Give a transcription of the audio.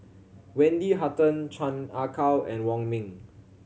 Wendy Hutton Chan Ah Kow and Wong Ming